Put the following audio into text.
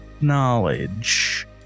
knowledge